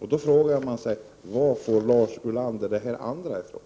Varifrån får Lars Ulander det andra som